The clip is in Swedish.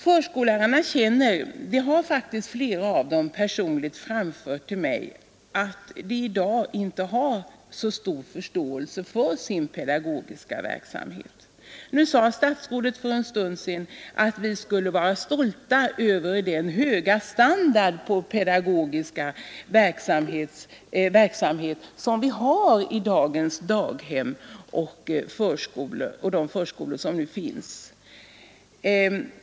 Förskollärarna känner — det har faktiskt flera av dem personligt framfört till mig — att de i dag inte får så stor förståelse för sin pedagogiska verksamhet. Statsrådet sade för en stund sedan att vi skulle vara stolta över den höga standard på den pedagogiska verksamheten som vi har på dagens barndaghem och i de förskolor som nu finns.